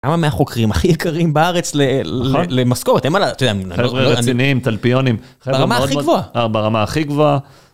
כמה מהחוקרים הכי יקרים בארץ למשכורת חברה רציניים תלפיונים ברמה הכי גבוהה.